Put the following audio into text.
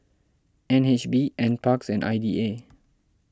N H B N Parks and I D A